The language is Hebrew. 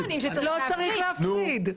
הם טוענים שכן צריך להפריד.